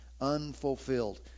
unfulfilled